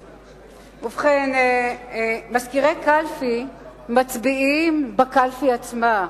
ובכן, מזכירי ועדת קלפי מצביעים בקלפי עצמה,